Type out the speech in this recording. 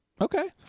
Okay